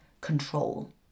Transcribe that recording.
control